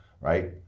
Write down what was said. right